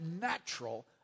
natural